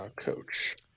coach